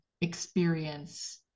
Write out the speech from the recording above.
experience